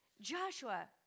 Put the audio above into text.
Joshua